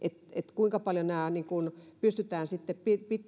kuinka paljon pystytään